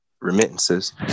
remittances